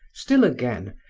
still again,